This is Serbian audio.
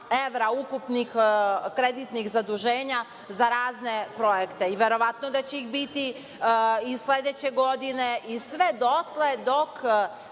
evra, ukupni kredit zaduženja za razne projekte i verovatno da će ih biti i sledeće godine i sve dotle dok